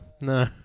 no